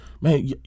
Man